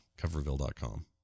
Coverville.com